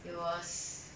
it was